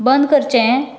बंद करचें